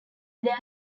there